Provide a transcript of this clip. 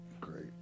Great